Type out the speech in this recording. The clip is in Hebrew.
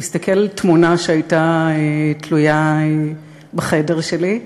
הוא הסתכל על תמונה שהייתה תלויה בחדר שלי.